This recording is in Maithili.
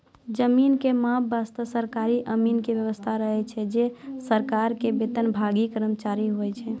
जमीन के माप वास्तॅ सरकारी अमीन के व्यवस्था रहै छै जे सरकार के वेतनभागी कर्मचारी होय छै